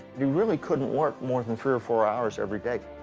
he really couldn't work more than three or four hours every day.